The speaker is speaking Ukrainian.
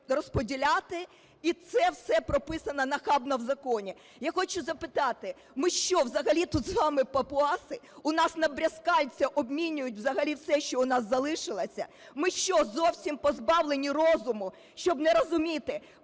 розподіляти. І це все прописано нахабно в законі. Я хочу запитати: ми що взагалі тут з вами - папуаси, у нас на брязкальця обмінюють взагалі все, що у нас залишилося? Ми що, зовсім позбавлені розуму, щоб не розуміти,